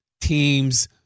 teams